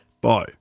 Bye